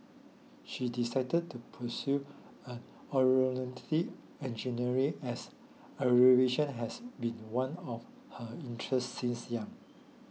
she decided to pursue Aeronautical Engineering as aviation has been one of her interests since young